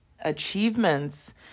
achievements